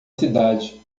cidade